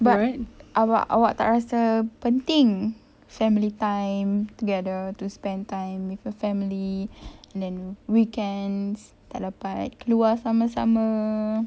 but awak awak tak rasa penting family time together to spend time with your family and then weekend tak dapat keluar sama-sama